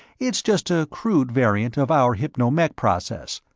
it's just a crude variant of our hypno-mech process,